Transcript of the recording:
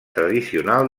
tradicional